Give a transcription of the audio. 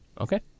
okay